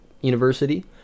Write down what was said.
university